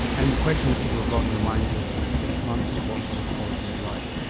and the question that people have got in their minds is six months of what sort of quality of life?